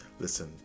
Listen